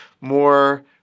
more